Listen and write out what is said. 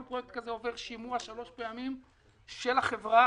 כל פרויקט כזה עובר שלוש פעמים שימוע של החברה,